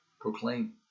proclaim